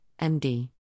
MD